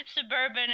suburban